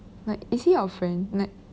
like is he your friend like